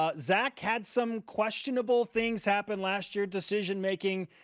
ah zach had some questionable things happen last year, decision making.